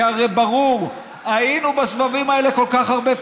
כי הרי ברור, היינו בשלבים האלה כל כך הרבה פעמים,